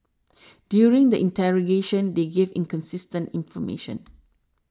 during the interrogation they gave inconsistent information